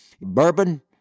bourbon